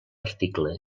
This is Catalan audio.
article